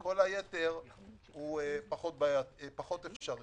כל היתר הוא פחות אפשרי.